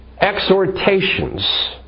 exhortations